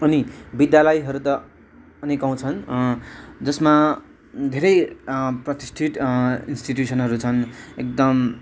अनि विद्यालयहरू त अनेकौँ छन् जसमा धेरै प्रतिष्ठित इन्स्टिटुसनहरू छन् एकदम